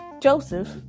Joseph